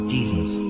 Jesus